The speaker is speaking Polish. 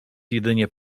jedynie